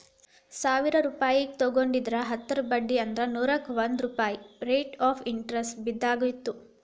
ಸಾವಿರ್ ರೂಪಾಯಿ ತೊಗೊಂಡಿದ್ರ ಹತ್ತರ ಬಡ್ಡಿ ಅಂದ್ರ ನೂರುಕ್ಕಾ ಒಂದ್ ರೂಪಾಯ್ ರೇಟ್ ಆಫ್ ಇಂಟರೆಸ್ಟ್ ಬಿದ್ದಂಗಾಯತು